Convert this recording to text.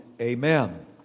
amen